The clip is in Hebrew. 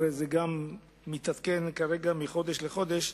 אלא זה גם מתעדכן כרגע מחודש לחודש.